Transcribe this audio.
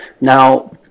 Now